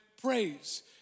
praise